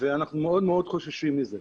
ואנחנו מאוד מאוד חוששים מזה.